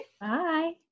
Bye